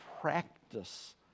practice